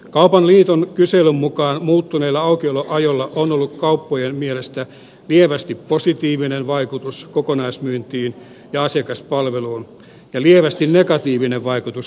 kaupan liiton kyselyn mukaan muuttuneilla aukioloajoilla on ollut kauppojen mielestä lievästi positiivinen vaikutus kokonaismyyntiin ja asiakaspalveluun ja lievästi negatiivinen vaikutus kannattavuuteen